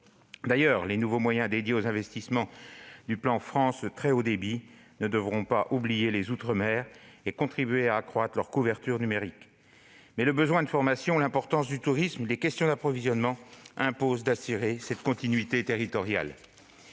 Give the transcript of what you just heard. D'ailleurs, les nouveaux moyens dédiés aux investissements du plan France Très haut Débit ne devront pas oublier les outre-mer, mais contribuer à accroître leur couverture numérique. Toutefois, le besoin de formation, l'importance du tourisme et les questions d'approvisionnement imposent d'assurer cette continuité territoriale.